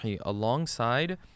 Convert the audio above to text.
alongside